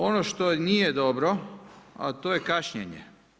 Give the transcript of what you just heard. Ono što nije dobro, a to je kašnjenje.